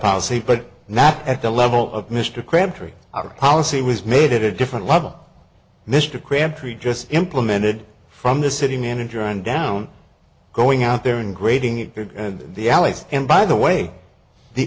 policy but not at the level of mr crabtree our policy was made it a different level mr crabtree just implemented from the city manager on down going out there and grading it through the alleys and by the way the